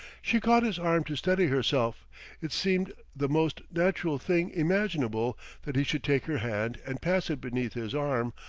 she caught his arm to steady herself it seemed the most natural thing imaginable that he should take her hand and pass it beneath his arm,